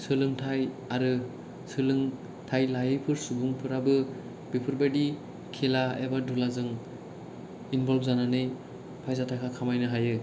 सोलोंथाय आरो सोलोंथाय लायैफोर सुबुंफोराआबो बेफोर बायदि खेला एबा दुलाजों इनबलफ जानानै फैसा थाखा खामायनो हायो